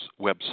website